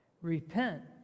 repent